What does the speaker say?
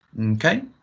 Okay